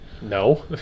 no